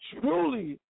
truly